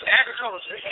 agriculture